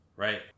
Right